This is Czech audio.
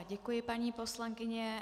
Děkuji, paní poslankyně.